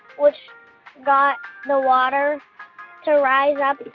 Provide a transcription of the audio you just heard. which got the water to rise up.